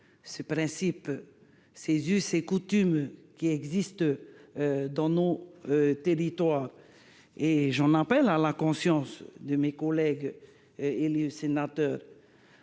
les principes, les us et les coutumes qui existent dans nos territoires. J'en appelle à la conscience de mes collègues sénateurs.